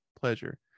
pleasure